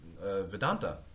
Vedanta